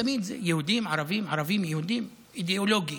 תמיד זה יהודים-ערבים, ערבים-יהודים, אידיאולוגי,